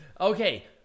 Okay